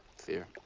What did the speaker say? fear.